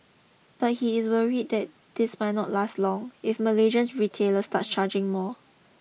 but he is worried that this might not last long if Malaysian retailers start charging more